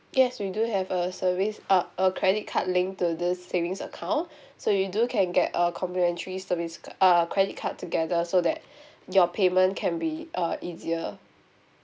yes we do have a service uh a credit card linked to this savings account so you do can get a complimentary service ca~ uh credit card together so that your payment can be uh easier